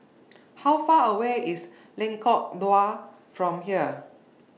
How Far away IS Lengkong Dua from here